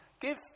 give